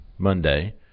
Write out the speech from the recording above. monday